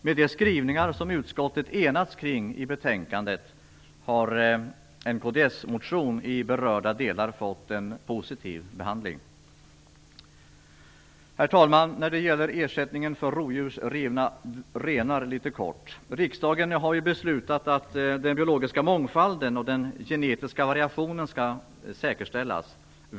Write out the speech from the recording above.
Med de skrivningar som utskottet enats kring i betänkandet har en kds-motion i berörda delar fått en positiv behandling. Jag vill kort beröra frågan om ersättning för rovdjursrivna renar. Herr talman! Riksdagen har beslutat att den biologiska mångfalden och den genetiska variationen skall säkerställas.